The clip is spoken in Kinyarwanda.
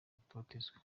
gutotezwa